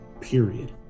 period